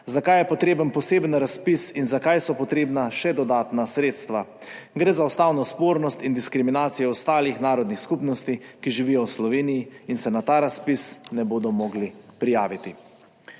zakaj je potreben poseben razpis in zakaj so potrebna še dodatna sredstva. Gre za ustavno spornost in diskriminacijo ostalih narodnih skupnosti, ki živijo v Sloveniji in se na ta razpis ne bodo mogle prijaviti.